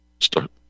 Start